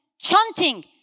chanting